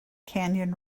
canyon